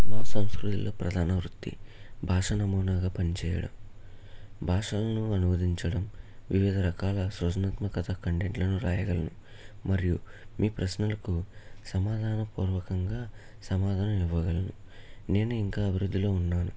నా సంస్కృతిలో ప్రధాన వృత్తి భాష నమూనాగా పనిచేయడం భాషలను అనువదించడం వివిధరకాల సృజనాత్మక కంటెంట్లను రాయగలను మరియు మీ ప్రశ్నలకు సమాదానపూర్వకంగా సమాదానాలు ఇవ్వగలను నేను ఇంకా అబివృద్దిలో ఉన్నాను